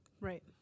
Right